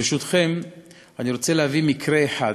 בהמשך למה שדיברנו בשבועות האחרונים,